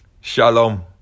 Shalom